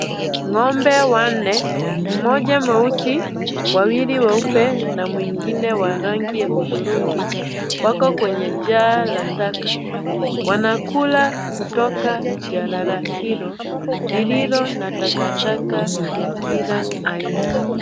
Ng'ombe wanne mmoja mweusi, wawili weupe na mwengine wa rangi ya hudhurungi wako kwenye jaa la taka, wanakula kutoka janala hilo lililo na takataka ya kila aina.